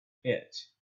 pit